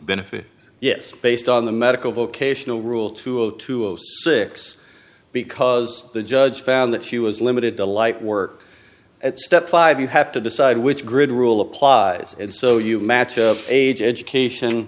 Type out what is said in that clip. benefit yes based on the medical vocational rule two of six because the judge found that she was limited to light work at step five you have to decide which grid rule applies so you match of age education